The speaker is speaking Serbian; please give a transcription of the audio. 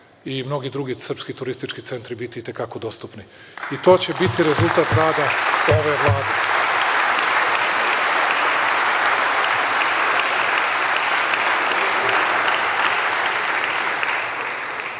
i mnogi drugi srpski turistički centri biti i te kako dostupni. I to će biti rezultat ove